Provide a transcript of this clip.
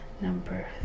number